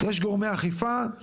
יש גורמי אכיפה,